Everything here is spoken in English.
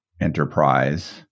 enterprise